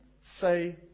say